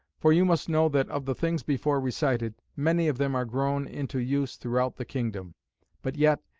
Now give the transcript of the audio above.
for you must know that of the things before recited, many of them are grown into use throughout the kingdom but yet,